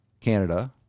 Canada